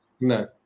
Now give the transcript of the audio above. No